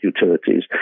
utilities